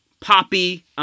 poppy